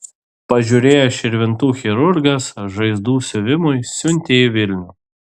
pažiūrėjęs širvintų chirurgas žaizdų siuvimui siuntė į vilnių